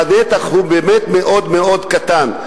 הנתח הוא באמת מאוד מאוד קטן,